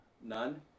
None